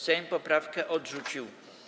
Sejm poprawkę odrzucił.